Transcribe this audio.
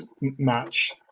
match